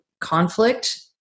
conflict